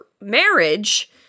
marriage